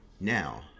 Now